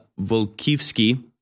Volkivsky